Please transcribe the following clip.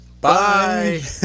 Bye